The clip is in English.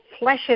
fleshes